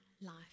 life